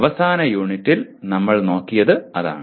അവസാന യൂണിറ്റിൽ നമ്മൾ നോക്കിയത് അതാണ്